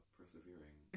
persevering